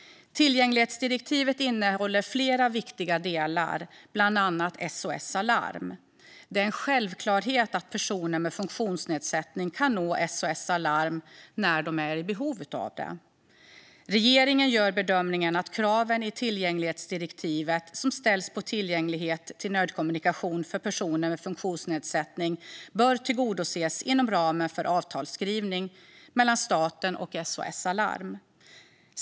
Tillgänglighetsdirektivet innehåller flera viktiga delar, bland annat en om SOS Alarm. Det är en självklarhet att personer med funktionsnedsättning kan nå SOS Alarm när de är i behov av det. Regeringen gör bedömningen att kraven i tillgänglighetsdirektivet som ställs på tillgänglighet till nödkommunikation för personer med funktionsnedsättning bör tillgodoses inom ramen för avtalsskrivning mellan staten och SOS Alarm.